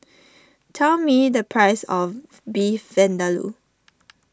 tell me the price of Beef Vindaloo